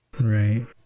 Right